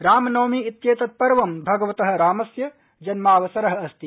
रामनवमी इत्येतद् पवं भगवतः रामस्य जन्मावसरः अस्ति